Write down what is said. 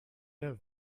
mehr